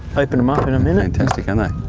open them up in a minute. fantastic and